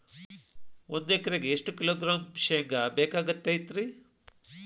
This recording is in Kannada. ಒಂದು ಎಕರೆಗೆ ಎಷ್ಟು ಕಿಲೋಗ್ರಾಂ ಶೇಂಗಾ ಬೇಕಾಗತೈತ್ರಿ?